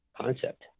concept